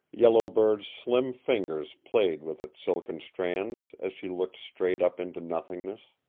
yellow bird's slim fingers played with its silken strands as she looked straight up into nothingness.